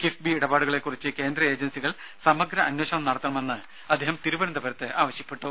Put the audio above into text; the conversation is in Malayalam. കിഫ്ബി ഇടപാടുകളെക്കുറിച്ച് കേന്ദ്ര ഏജൻസികൾ സമഗ്ര അന്വേഷണം നടത്തണമെന്ന് അദ്ദേഹം തിരുവനന്തപുരത്ത് ആവശ്യപ്പെട്ടു